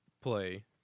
play